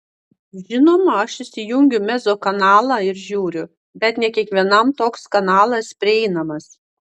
žinoma aš įsijungiu mezzo kanalą ir žiūriu bet ne kiekvienam toks kanalas prieinamas